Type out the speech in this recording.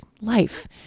life